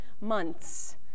months